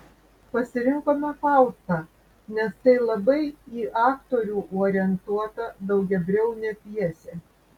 pasirinkome faustą nes tai labai į aktorių orientuota daugiabriaunė pjesė